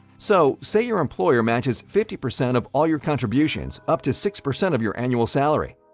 so, say your employer matches fifty percent of all your contributions up to six percent of your annual salary.